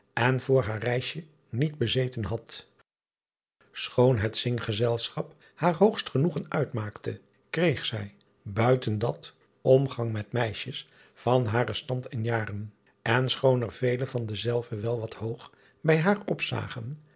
en vr haar reisje niet bezeten had choon het inggezelschap haar hoogst genoegen uitmaakte kreeg zij buiten dat omgang met driaan oosjes zn et leven van illegonda uisman meisjes van haren stand en jaren n schoon er vele van dezelve wel wat hoog bij haar opzagen